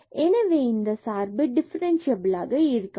எனவே இந்த சார்பு டிஃபரண்சியபிலாக இருக்காது